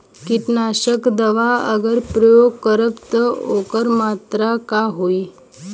कीटनाशक दवा अगर प्रयोग करब त ओकर मात्रा का होई?